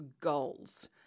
goals